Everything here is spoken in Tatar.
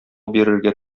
бирергә